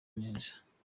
neza